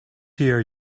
here